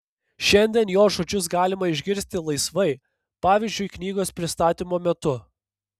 šiandien jo žodžius galima išgirsti laisvai pavyzdžiui knygos pristatymo metu